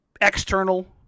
external